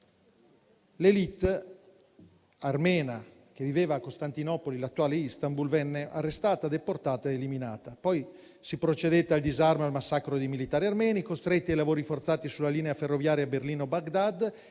l'*élite* armena che viveva a Costantinopoli, l'attuale Istanbul, venne arrestata, deportata ed eliminata. Poi si procedette al disarmo e al massacro dei militari armeni, costretti ai lavori forzati sulla linea ferroviaria Berlino-Baghdad.